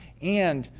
and,